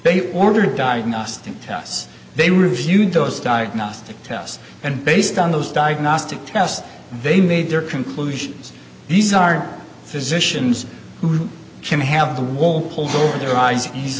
they ordered diagnostic tests they reviewed those diagnostic tests and based on those diagnostic tests they made their conclusions these are physicians who can have the wool pulled over their eyes